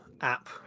app